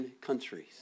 countries